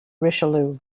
richelieu